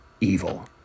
evil